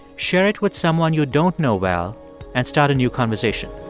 share it with someone you don't know well and start a new conversation